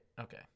okay